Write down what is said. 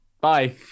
bye